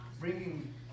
bringing